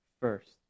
first